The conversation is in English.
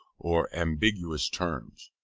or ambiguous terms.